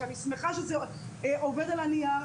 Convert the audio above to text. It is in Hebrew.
שאני שמחה שזה עובד על הנייר,